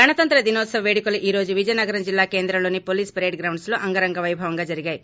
గణతంత్ర దినోత్సవ వేడుకలు ఈ రోజు విజయనగరం జిల్లా కేంద్రంలోని పోలీస్ పెరేడ్ గ్రౌండ్పులో అంగరంగ వైభవంగా జరిగాయి